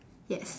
yes